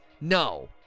No